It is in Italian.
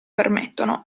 permettono